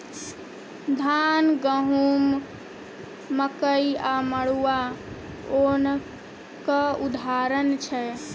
धान, गहुँम, मकइ आ मरुआ ओनक उदाहरण छै